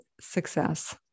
success